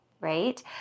Right